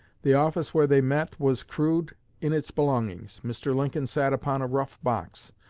the office where they met was rude in its belongings. mr. lincoln sat upon a rough box.